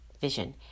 Vision